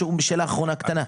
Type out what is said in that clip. שאלה אחרונה קטנה,